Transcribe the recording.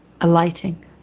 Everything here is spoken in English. alighting